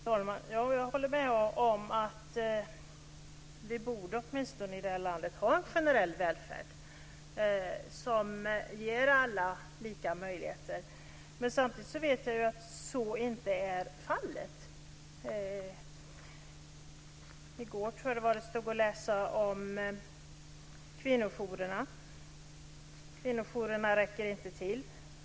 Fru talman! Jag håller med om att vi borde ha en generell välfärd i detta land, som ger alla lika möjligheter. Samtidigt vet jag att så inte är fallet. I går stod det att läsa om kvinnojourerna i tidningen. Kvinnojourerna räcker inte till.